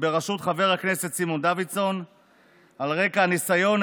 בראשות חבר הכנסת סימון דוידסון על רקע הניסיון,